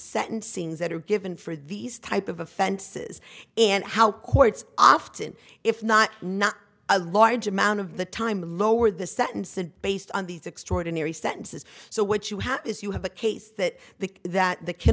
sentencings that are given for these type of offenses and how courts often if not not a large amount of the time lowered the sentences based on these extraordinary sentences so what you have is you have a case that the that